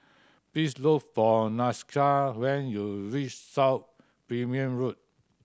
please look for Nakisha when you reach South Road